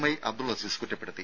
I Abdul Aziz കുറ്റപ്പെടുത്തി